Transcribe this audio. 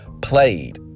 played